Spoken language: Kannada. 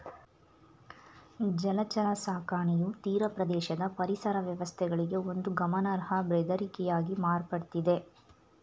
ಜಲಚರ ಸಾಕಣೆಯು ತೀರಪ್ರದೇಶದ ಪರಿಸರ ವ್ಯವಸ್ಥೆಗಳಿಗೆ ಒಂದು ಗಮನಾರ್ಹ ಬೆದರಿಕೆಯಾಗಿ ಮಾರ್ಪಡ್ತಿದೆ